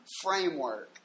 framework